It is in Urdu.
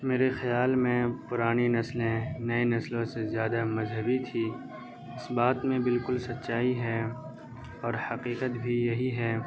میرے خیال میں پرانی نسلیں نئے نسلوں سے زیادہ مذہبی تھی اس بات میں بالکل سچائی ہے اور حقیقت بھی یہی ہے